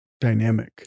dynamic